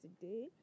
today